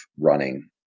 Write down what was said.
running